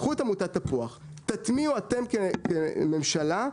קחו את עמותת תפוח, תטמיעו אתם כממשלה נטע,